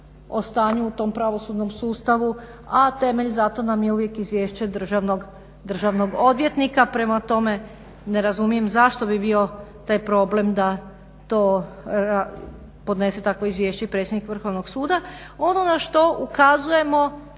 o stanju u tom pravosudnom sustavu, a temelj za to nam je uvijek izvješće državnog odvjetnika. Prema tome ne razumijem zašto bi bio taj problem da to podnese takvo izvješće i predsjednik Vrhovnog suda. Ono na što ukazujemo